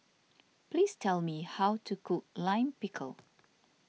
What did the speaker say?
please tell me how to cook Lime Pickle